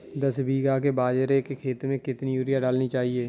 दस बीघा के बाजरे के खेत में कितनी यूरिया डालनी चाहिए?